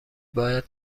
باید